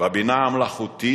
והבינה המלאכותית,